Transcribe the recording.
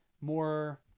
more